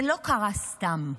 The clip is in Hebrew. זה לא קרה סתם.